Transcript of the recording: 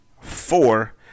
four